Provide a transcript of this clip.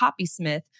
Copysmith